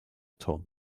tom